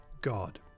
God